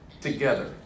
together